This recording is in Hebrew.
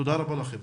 תודה רבה לכם.